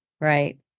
right